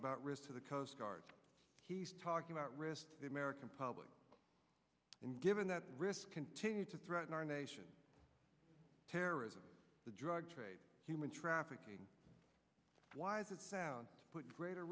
to the coast guard he's talking about wrist the american public and given the risk continue to threaten our nation terrorism the drug trade human trafficking why does it sound to put greater